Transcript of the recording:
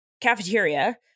cafeteria